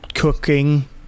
Cooking